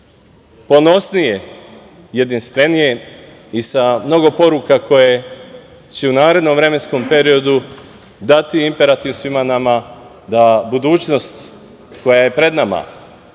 ponosnije, jedinstvenije i sa mnogo poruka koje će u narednom vremenskom periodu dati imperativ svima nama da budućnost koja je pred nama